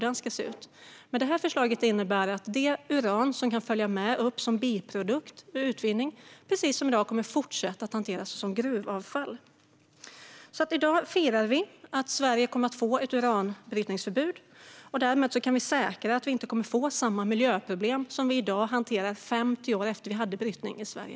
Men det här förslaget innebär att det uran som kan följa med upp som biprodukt vid utvinning precis som i dag kommer att fortsätta att hanteras som gruvavfall. I dag firar vi att Sverige kommer att få ett uranbrytningsförbud. Därmed kan vi säkra att man inte kommer att få samma miljöproblem som vi i dag hanterar 50 år efter det att vi hade brytning i Sverige.